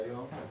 והיום?